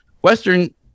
Western